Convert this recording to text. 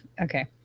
Okay